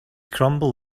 crumble